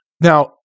Now